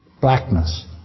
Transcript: blackness